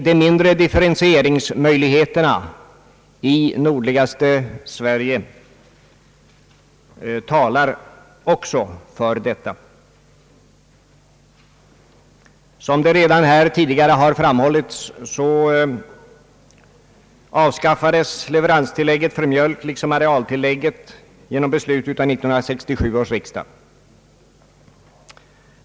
De mindre differentieringsmöjligheterna i nordligaste Sverige talar också för detta. Som här tidigare framhållits, avskaffades leveranstillägget för mjölk liksom arealtillägget genom beslut av 1967 års riksdag.